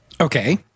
Okay